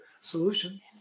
solution